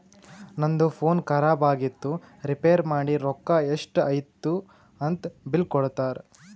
ನಂದು ಫೋನ್ ಖರಾಬ್ ಆಗಿತ್ತು ರಿಪೇರ್ ಮಾಡಿ ರೊಕ್ಕಾ ಎಷ್ಟ ಐಯ್ತ ಅಂತ್ ಬಿಲ್ ಕೊಡ್ತಾರ್